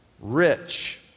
rich